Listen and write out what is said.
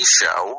show